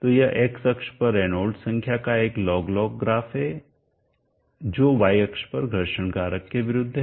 तो यह x अक्ष पर रेनॉल्ड्स संख्या का एक लॉग लॉग ग्राफ है जो y अक्ष पर घर्षण कारक के विरुद्ध है